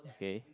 okay